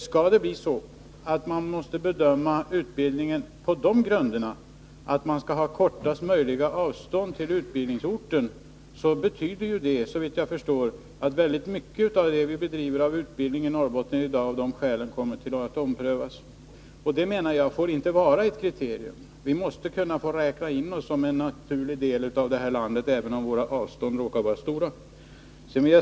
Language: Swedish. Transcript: Skall det bli så att man bedömer utbildningen på den grunden att människor skall ha kortast möjliga avstånd till utbildningsorten, betyder det, såvitt jag förstår, att skälen för förläggning av mycket av den utbildning vi bedriver i Norrbotten i dag kommer att omprövas. Jag menar att avstånd inte får vara ett kriterium i detta fall. Vi måste kunna få räkna Norrbotten som en naturlig del av detta land, även om avstånden här råkar vara stora.